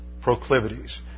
proclivities